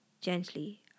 gently